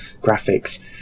graphics